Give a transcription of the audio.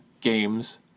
Games